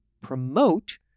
promote